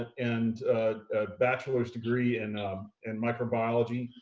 and a bachelor's degree in and microbiology.